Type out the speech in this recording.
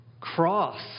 cross